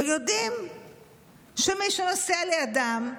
ויודעים שמי שנוסע לידם,